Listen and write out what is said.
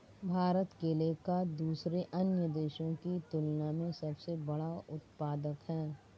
भारत केले का दूसरे अन्य देशों की तुलना में सबसे बड़ा उत्पादक है